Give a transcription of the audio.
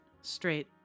Straight